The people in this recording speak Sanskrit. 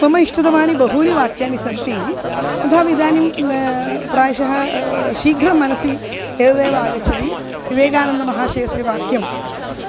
मम इष्टतमानि बहूनि वाक्यानि सन्ति अथवा इदानीं प्रायशः शीघ्रं मनसि एतदेव आगच्छति विवेकानन्दमहाशयस्य वाक्यं